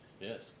Yes